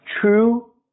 true